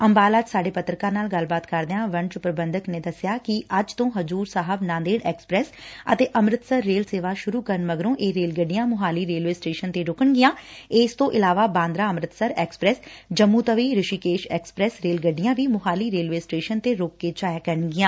ਅੰਬਾਲਾ ਚ ਸਾਡੇ ਪੱਤਰਕਾਰ ਨਾਲ ਗੱਲਬਾਤ ਕਰਦਿਆਂ ਵਣਜ ਪ੍ਰਖੰਧਕ ਨੇ ਦਸਿਆ ਕਿ ਅੱਜ ਤੋਂ ਹਜੁਰ ਸਾਹਿਬ ਨਾਂਦੇੜ ਐਕਸਪੈਸ ਅਤੇ ਅੰਮ੍ਰਿਤਸਰ ਰੇਲ ਸੇਵਾ ਸੁਰੂ ਕਰਨ ਮਗਰੋ ਇਹ ਰੇਲ ਗੱਡੀਆ ਮੁਹਾਲੀ ਰੇਲਵੇ ਸਟੇਸ਼ਨ ਤੇ ਰੁਕਣਗੀਆ ਇਸ ਤੋ ਇਲਾਵਾ Bandra Amritsar express Jammu Tawi Rishikesh express rail ਗੱਡੀਆਂ ਵੀ ਮੁਹਾਲੀ ਰੇਲਵੇ ਸਟੇਸ਼ਨ ਤੇ ਰੁਕ ਕੇ ਜਾਇਆ ਕਰਨਗੀਆਂ